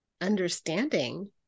understanding